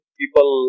people